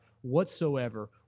whatsoever